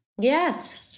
Yes